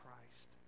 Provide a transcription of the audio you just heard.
Christ